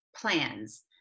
plans